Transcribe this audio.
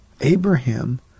Abraham